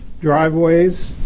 driveways